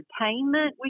entertainment